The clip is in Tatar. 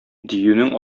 диюнең